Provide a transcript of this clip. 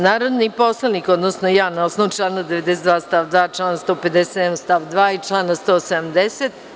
Narodni poslanik, odnosno ja, na osnovu člana 92. stav 2, člana 157. stav 2. i člana 170.